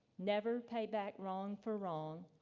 never pay back wrong for wrong,